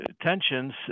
tensions